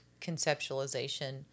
conceptualization